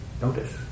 notice